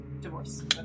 Divorce